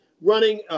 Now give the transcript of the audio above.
running